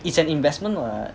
it's an investment what